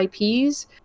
IPs